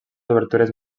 obertures